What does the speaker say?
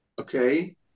okay